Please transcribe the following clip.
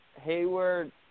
hayward